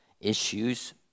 issues